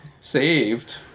saved